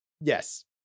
yes